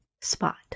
spot